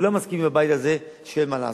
כולם מסכימים בבית הזה שאין מה לעשות,